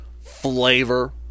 flavor